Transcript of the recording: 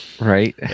Right